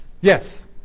Yes